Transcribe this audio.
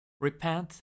Repent